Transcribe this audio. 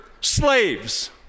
slaves